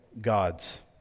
God's